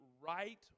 right